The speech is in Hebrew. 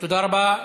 תודה רבה.